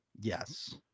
yes